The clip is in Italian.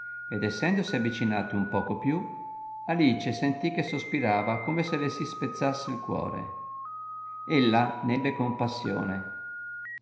ed essendosi avvicinati un poco più alice sentì che sospirava come se le si spezzasse il cuore ella n'ebbe compassione